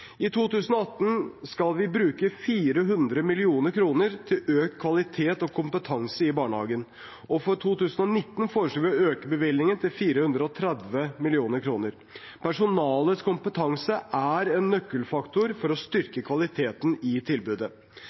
I 2018 skal vi bruke 400 mill. kr til økt kvalitet og kompetanse i barnehagen, og for 2019 foreslår vi å øke bevilgningen til 430 mill. kr. Personalets kompetanse er en nøkkelfaktor for å styrke kvaliteten i tilbudet.